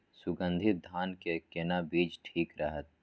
सुगन्धित धान के केना बीज ठीक रहत?